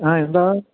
ആ എന്താണ്